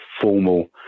formal